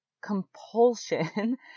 compulsion